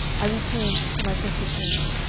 i returned to my presbytery,